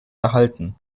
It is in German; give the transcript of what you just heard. erhalten